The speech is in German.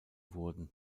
wurden